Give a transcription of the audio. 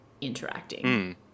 interacting